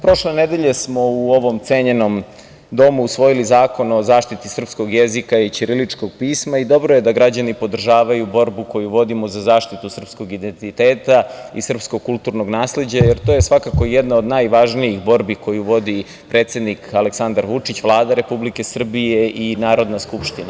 Prošle nedelje smo u ovom cenjenom domu usvojili Zakon o zaštiti srpskog jezika i ćiriličnog pisma i dobro je da građani podržavaju borbu koju vodimo za zaštitu srpskog identiteta i srpskog kulturnog nasleđa, jer to je svakako jedna od najvažnijih borbi koju vodi predsednik Aleksandar Vučić, Vlada Republike Srbije i Narodna skupština.